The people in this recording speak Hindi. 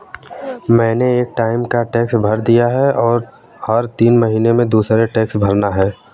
मैंने एक टाइम का टैक्स भर दिया है, और हर तीन महीने में दूसरे टैक्स भरना है